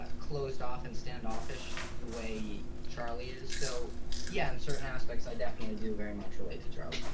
ah closed off and standoffish the way charlie is so yeah, in certain aspects i definitely do very much relate to charlie.